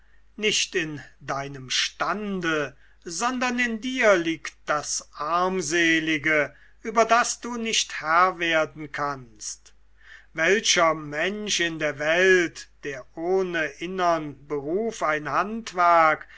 nicht in deinem stande sondern in dir liegt das armselige über das du nicht herr werden kannst welcher mensch in der welt der ohne innern beruf ein handwerk